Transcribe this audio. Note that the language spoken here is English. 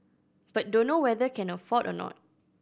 but dunno whether can afford or not